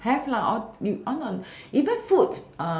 have all you why not even food